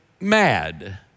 mad